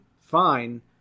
fine